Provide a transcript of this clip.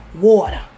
water